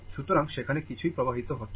সুতরাং সেখানে কিছুই প্রবাহিত হচ্ছে না